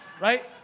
Right